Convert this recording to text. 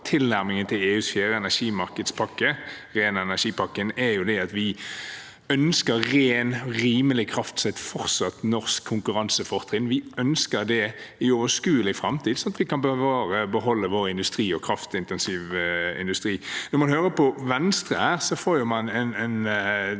tilnærmingen til EUs fjerde energimarkedspakke, ren energi-pakken, er at vi ønsker ren og rimelig kraft som et fortsatt norsk konkurransefortrinn. Vi ønsker det i overskuelig framtid, sånn at vi kan bevare og beholde vår industri, også kraftintensiv industri. Når man hører på Venstre, blir man skeptisk,